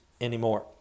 anymore